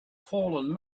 fallen